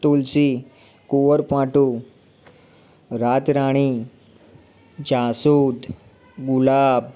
તુલસી કુવારપાઠું રાતરાણી જાસૂદ ગુલાબ